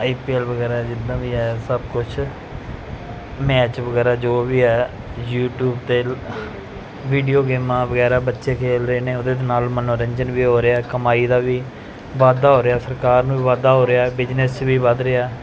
ਆਈ P L ਵਗੈਰਾ ਜਿੱਦਾਂ ਵੀ ਹੈ ਸਭ ਕੁਛ ਮੈਚ ਵਗੈਰਾ ਜੋ ਵੀ ਹੈ ਯੂਟੀਊਬ 'ਤੇ ਵੀਡੀਓ ਗੇਮਾਂ ਵਗੈਰਾ ਬੱਚੇ ਖੇਡ ਰਹੇ ਨੇ ਉਹਦੇ ਨਾਲ ਮਨੋਰੰਜਨ ਵੀ ਹੋ ਰਿਹਾ ਕਮਾਈ ਦਾ ਵੀ ਵਾਧਾ ਹੋ ਰਿਹਾ ਸਰਕਾਰ ਨੂੰ ਵੀ ਵਾਧਾ ਹੋ ਰਿਹਾ ਬਿਜਨਸ ਵੀ ਵੱਧ ਰਿਹਾ